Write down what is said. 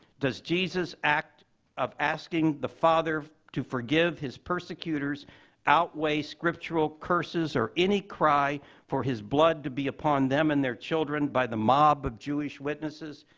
does jesus's act of asking the father to forgive his persecutors outweigh scriptural curses or any cry for his blood to be upon them and their children by the mob of jewish witnesses?